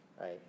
right